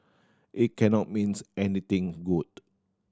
it cannot means anything good